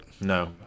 No